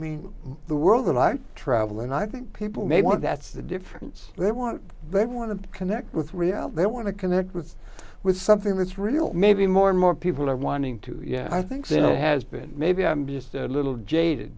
mean the world and i travel and i think people may want that's the difference they want they want to connect with rio they want to connect with with something that's real maybe more and more people are wanting to yeah i think there has been maybe i'm just a little jaded